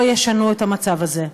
כאלה או אחרות לא ישנו את המצב הזה.